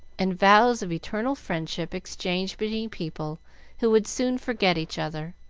and vows of eternal friendship exchanged between people who would soon forget each other.